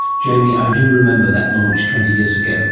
jamie, i do remember that launch twenty years ago.